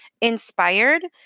inspired